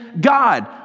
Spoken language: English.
God